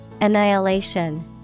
Annihilation